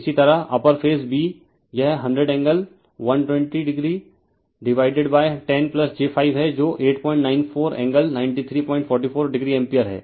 इसी तरह upper phase b यह 100 एंगल 120 डिवाइड 10 j5 है जो 894 एंगल 9344 o एम्पीयर है